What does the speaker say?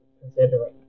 considering